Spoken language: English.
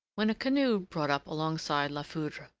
when a canoe brought up alongside la foudre,